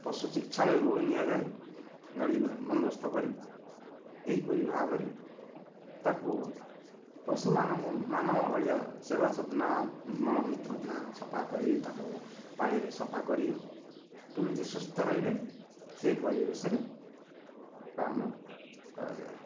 ପଶୁ ଚିକିତ୍ସାଳୟକୁ ନିଆଯାଏ ଗାଡ଼ି ବନ୍ଦୋବସ୍ତ କରି ଏହିପରି ଭାବରେ ତା'କୁ ପଶୁମାନଙ୍କୁ ମାନବ ଭଳିଆ ସେବା ଯତ୍ନ ମଳ ମୂତ୍ର ସଫା କରି ତା'କୁ ପାଣିରେ ସଫା କରି କେମିତି ସୁସ୍ଥ ରହିବେ ସେହି ପରିବେଶରେ ପାଳନ କରାଯାଏ